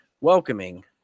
welcoming